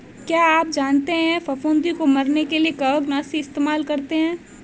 क्या आप जानते है फफूंदी को मरने के लिए कवकनाशी इस्तेमाल करते है?